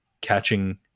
catching